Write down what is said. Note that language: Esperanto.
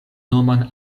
nomon